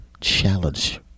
challenge